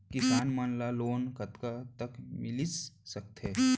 किसान मन ला लोन कतका तक मिलिस सकथे?